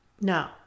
No